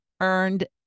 earned